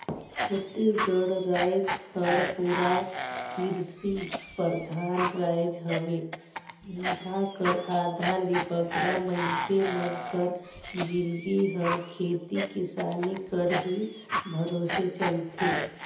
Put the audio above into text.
छत्तीसगढ़ राएज हर पूरा किरसी परधान राएज हवे इहां कर आधा ले बगरा मइनसे मन कर जिनगी हर खेती किसानी कर ही भरोसे चलथे